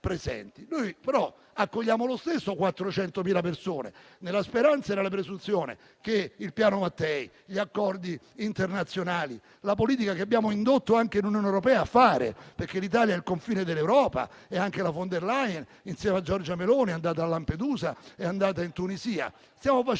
Noi però accogliamo lo stesso 400.000 persone nella speranza e nella presunzione che daranno risultati il Piano Mattei, gli accordi internazionali e la politica che abbiamo indotto anche l'Unione europea a fare. L'Italia è il confine dell'Europa e anche la von der Leyen, insieme a Giorgia Meloni, è andata a Lampedusa e in Tunisia.